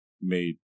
made